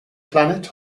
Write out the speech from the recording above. planet